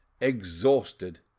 exhausted